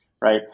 Right